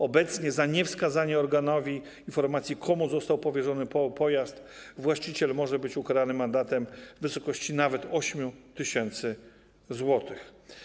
Obecnie za niewskazanie organowi informacji, komu został powierzony pojazd, właściciel może być ukarany mandatem w wysokości nawet 8 tys. zł.